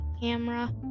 camera